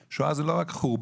שואה זה לא רק חורבן,